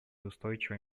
устойчивой